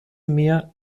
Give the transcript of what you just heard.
mehr